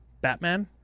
Batman